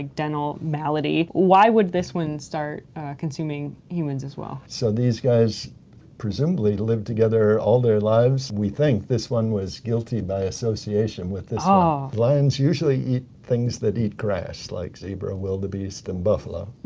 dental malady why would this one start consuming humans as well? so, these guys presumably lived together all their lives. we think this one was guilty by association with this one. ah lions usually eat things that eat grass, like zebra, wildebeest and buffalo.